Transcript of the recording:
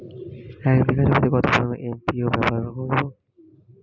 এক বিঘা জমিতে কত পরিমান এম.ও.পি ব্যবহার করব?